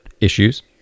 issues